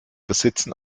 besitzen